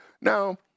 Now